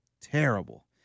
terrible